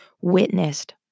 witnessed